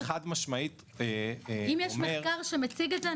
אבל אני כן חד משמעית אומר --- אם יש מחקר שמציג את זה,